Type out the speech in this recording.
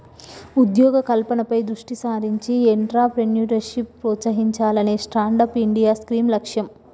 ఉద్యోగ కల్పనపై దృష్టి సారించి ఎంట్రప్రెన్యూర్షిప్ ప్రోత్సహించాలనే స్టాండప్ ఇండియా స్కీమ్ లక్ష్యం